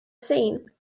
seen